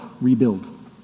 rebuild